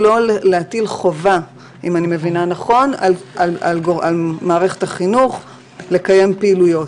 היא לא להטיל חובה על מערכת החינוך לקיים הפעילויות.